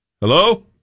Hello